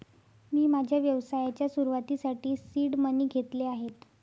मी माझ्या व्यवसायाच्या सुरुवातीसाठी सीड मनी घेतले आहेत